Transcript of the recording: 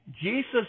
Jesus